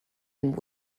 and